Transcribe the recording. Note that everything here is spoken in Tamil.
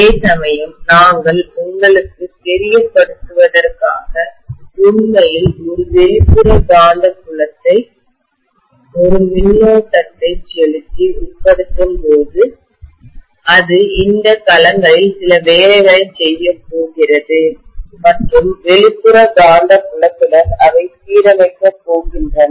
அதேசமயம் நாங்கள் உங்களுக்கு தெரியப்படுத்துவதற்காக உண்மையில் ஒரு வெளிப்புற காந்தப்புலத்தை ஒரு மின்னோட்டத்தை கரண்ட்டை செலுத்திஉட்படுத்தும்போது அது இந்த களங்களில் சில வேலைகளைச் செய்யப் போகிறது மற்றும் வெளிப்புற காந்தப்புலத்துடன் அவை சீரமைக்கப் போகின்றன